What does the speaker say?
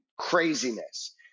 craziness